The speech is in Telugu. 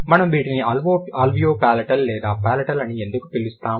మనము వీటిని అల్వియోపలాటల్ లేదా పాలటల్ అని ఎందుకు పిలుస్తాము